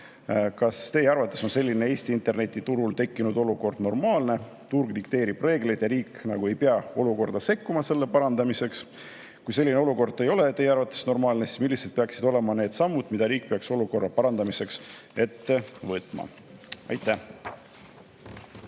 Kas Teie arvates on selline Eesti internetiturul tekkinud olukord normaalne? Turg dikteerib reegleid ja riik ei pea olukorda sekkuma selle parandamiseks? Kui selline olukord ei ole teie arvates normaalne, siis millised peaksid olema need sammud, mida riik peaks olukorra parandamiseks ette võtma? Aitäh!